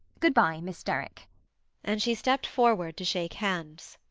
good-bye, miss derrick and she stepped forward to shake hands.